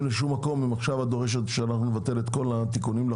אם עכשיו את דורשת שנבטל את התיקונים לחוק הגנת הצרכן.